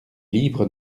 livres